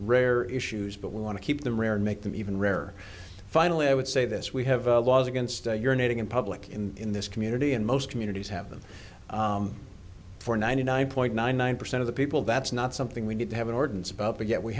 rare issues but we want to keep them rare and make them even rarer finally i would say this we have laws against your knitting in public in this community and most communities have them for ninety nine point nine nine percent of the people that's not something we need to have an ordinance about but yet we